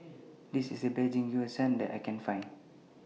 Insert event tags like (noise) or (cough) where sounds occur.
This IS The Best (unintelligible) that I Can Find